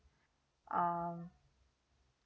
um